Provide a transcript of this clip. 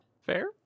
fair